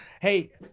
Hey